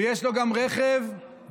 ויש לו גם רכב ודלקן,